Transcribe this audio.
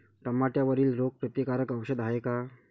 टमाट्यावरील रोग प्रतीकारक औषध हाये का?